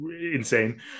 insane